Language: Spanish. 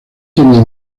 tenía